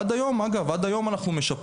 עד היום, אגב, אנחנו משפרים.